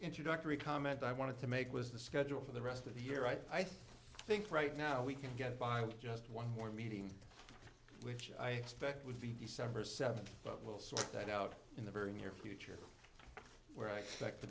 introductory comment i wanted to make was the schedule for the rest of the year i think right now we can get by with just one more meeting which i suspect would be december seventh but we'll sort that out in the very near future where i expect